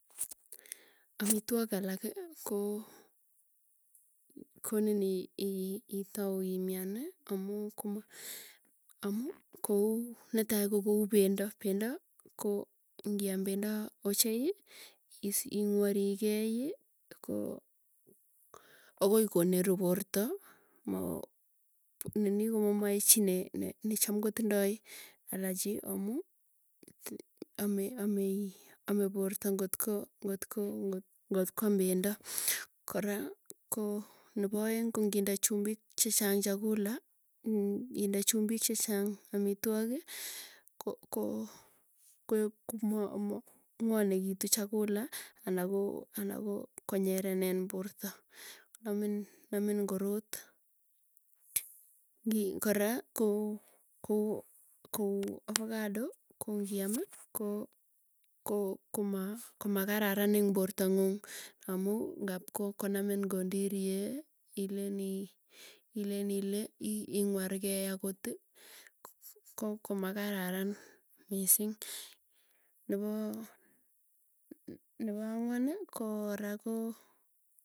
Amitwok alaki koo, konini itau imiani amuu komo amuu kou netai ko kou pendo. Pendo ko ngiam pendo ochei isi ing'wari kei. Ko akoi koneru porta maa nini komamoe chii necham kotindoi, allergy amuu amei ame porta ngotko, ngotko ngotkwam pendo. Kora koo nepaeng ko nginde chumbik, chechang chakula inde chumbik chechang amitwogi ko ko ngwanekitu chakula. Anaa koo anakonyerenen porta, namin namin korot. Ngi kora koo kou ovacado, kongiamii koo koo kama komakaran eng porta nguung. Amuu ngapko ko konamin kondirie, ilen ii ilen ile ingwar kei akotui komakararan misiing, nepo angwan ko ra.